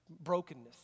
brokenness